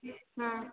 ਹਮ